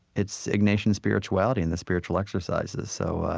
it's ignatian spirituality and the spiritual exercises. so,